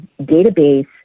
database